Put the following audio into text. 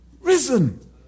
risen